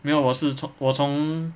没有我是从我从